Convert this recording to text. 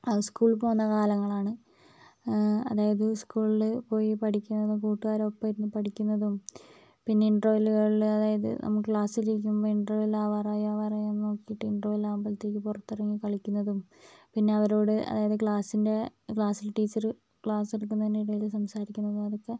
high school പോകുന്ന കാലങ്ങളാണ് അതായത് സ്കൂളിൽ പോയി പഠിക്കുന്നത് കൂട്ടുകാരോടൊപ്പം ഇരുന്ന് പഠിക്കുന്നതും പിന്നെ ഇന്റർവെല്ലുകളില് അതായത് നമുക്ക് ക്ളാസിൽ ഇരിക്കുമ്പം ഇന്റർവെൽ ആകാറായോ ആകാറായോ എന്ന് നോക്കിയിട്ട് ഇന്റർവെൽ ആകുമ്പോഴത്തേക്കും പുറത്ത് ഇറങ്ങി കളിക്കുന്നതും പിന്നെ അവരോട് അതായത് ക്ളാസ്സിന്റെ ക്ളാസിൽ ടീച്ചറ് ക്ളാസ്സെടുക്കുന്ന നേരത്ത് സംസാരിക്കുന്നതും അതൊക്കെ